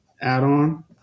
add-on